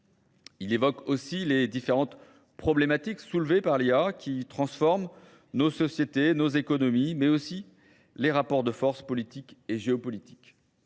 Il évoque aussi les différentes problématiques soulevées par l'IA qui transforment nos sociétés, nos économies, mais aussi les rapports de force politique et géopolitique.